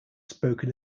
spoken